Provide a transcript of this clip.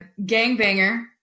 gangbanger